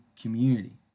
community